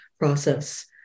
process